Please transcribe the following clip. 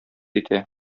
итә